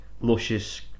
luscious